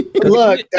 Look